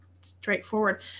straightforward